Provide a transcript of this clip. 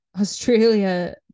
Australia